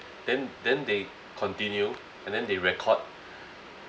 then then they continue and then they record